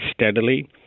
steadily